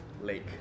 lake